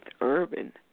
Urban